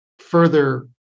further